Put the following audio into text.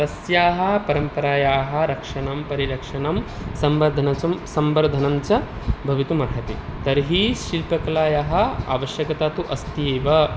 तस्याः परम्परायाः रक्षणं परिरक्षणं संवर्धनञ्च भवितुमर्हति तर्हि शिल्पकलायाः आवश्यकता तु अस्ति एव